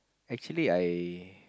actually I